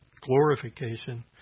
glorification